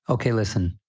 okay, listen.